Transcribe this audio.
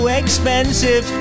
expensive